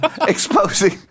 Exposing